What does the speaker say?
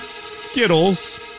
Skittles